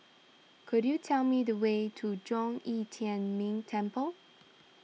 could you tell me the way to Zhong Yi Tian Ming Temple